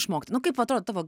išmokt nu kaip atrodo tavo